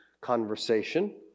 conversation